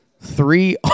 three